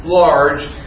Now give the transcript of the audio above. large